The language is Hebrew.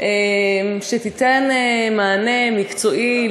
שתיתן מענה מקצועי,